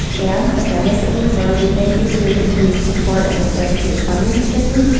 and the families that we serve, we thank you for your continued support of this dedicated funding stream,